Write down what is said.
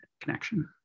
connection